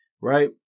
right